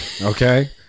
okay